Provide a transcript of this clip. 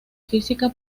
física